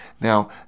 Now